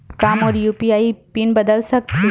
का मोर UPI PIN बदल सकथे?